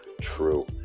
true